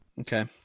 okay